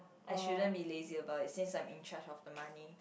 I shouldn't be lazy about it since I'm in charge of the money